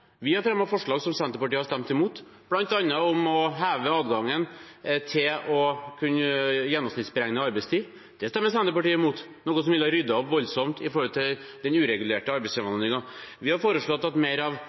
Vi har fremmet forslag som Senterpartiet har stemt imot, bl.a. om å heve adgangen til å kunne gjennomsnittsberegne arbeidstid. Det stemmer Senterpartiet imot, noe som ville ha ryddet opp voldsomt i den uregulerte arbeidsinnvandringen. Vi har foreslått at mer av